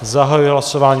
Zahajuji hlasování.